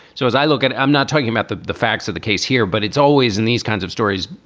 so as i look at it, i'm not talking about the the facts of the case here, but it's always in these kinds of stories,